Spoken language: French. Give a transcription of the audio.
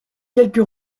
quelques